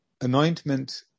anointment